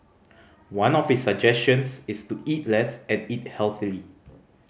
one of his suggestions is to eat less and eat healthily